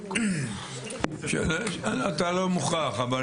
אני פותח את ועדת ביטחון הפנים,